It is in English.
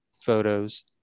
photos